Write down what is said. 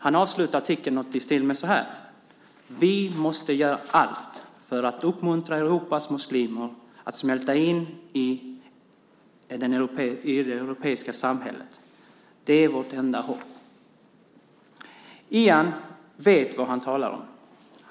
Han avslutar artikeln på följande sätt: "Vi måste göra allt för att uppmuntra Europas muslimer att smälta in i europeiska samhällen. Det är vårt enda hopp." Ian Buruma vet vad han talar om.